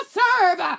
serve